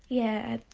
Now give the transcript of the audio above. yeah,